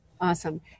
Awesome